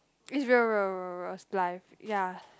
it's real real real real life ya